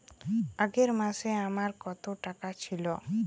আগের মাসে আমার কত টাকা ছিল?